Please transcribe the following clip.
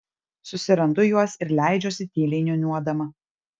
susirandu juos ir leidžiuosi tyliai niūniuodama